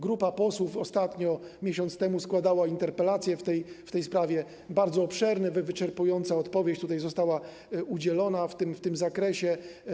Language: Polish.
Grupa posłów ostatnio miesiąc temu składała interpelację w tej sprawie, bardzo obszerne, wyczerpująca odpowiedź została udzielona w tym zakresie.